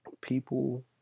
People